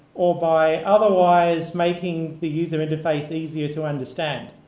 or by otherwise making the user interface easier to understand.